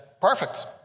perfect